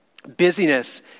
busyness